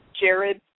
Jared